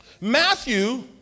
Matthew